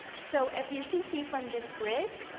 so if you can see from this grid,